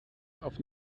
auf